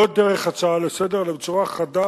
לא דרך הצעה לסדר אלא בצורה חדה